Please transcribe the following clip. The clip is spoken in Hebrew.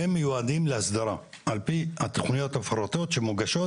הם מיועדים להסדרה על פי התכניות המפורטות שמוגשות,